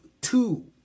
two